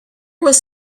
was